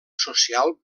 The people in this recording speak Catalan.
social